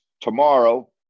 tomorrow